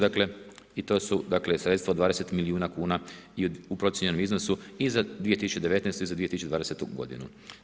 Dakle i to su dakle sredstva od 20 milijuna kuna i u procijenjenom iznosu i za 2019. i za 2020. godinu.